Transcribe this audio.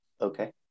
okay